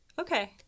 Okay